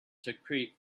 secrete